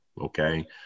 Okay